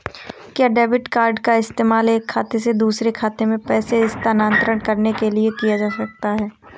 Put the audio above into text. क्या debit card का इस्तेमाल एक खाते से दूसरे खाते में पैसे स्थानांतरण करने के लिए किया जा सकता है?